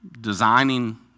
designing